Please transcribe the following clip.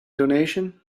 donation